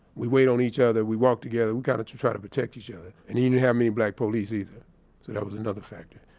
we wait on each other, we walk together. we got to to try to protect each other. and you didn't have many black police either, so that was another factor.